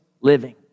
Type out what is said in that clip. living